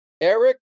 Eric